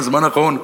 בזמן האחרון,